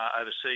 overseas